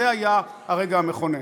זה היה הרגע המכונן.